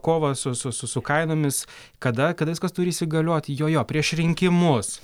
kovą su su su su kainomis kada kada viskas turi įsigalioti jo jo prieš rinkimus